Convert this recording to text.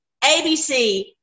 ABC